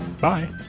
bye